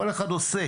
כל אחד עושה,